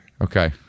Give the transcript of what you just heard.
Okay